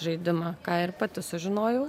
žaidimą ką ir pati sužinojau